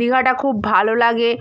দীঘাটা খুব ভালো লাগে